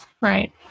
right